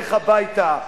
לך הביתה,